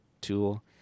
tool